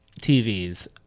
TVs